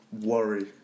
Worry